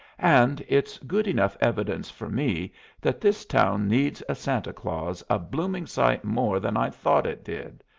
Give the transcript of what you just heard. and it's good enough evidence for me that this town needs a santa claus a blooming sight more than i thought it did.